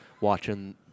watching